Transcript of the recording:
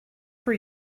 per